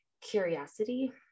curiosity